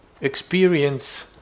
experience